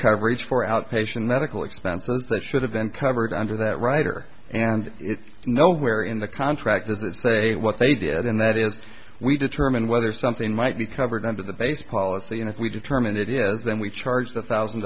coverage for outpatient medical expenses that should have been covered under that rider and nowhere in the contract does it say what they did and that is we determine whether something might be covered under the base policy and if we determine it is then we charge the thousand